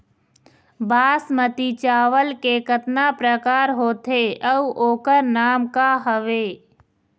बासमती चावल के कतना प्रकार होथे अउ ओकर नाम क हवे?